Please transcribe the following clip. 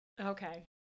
Okay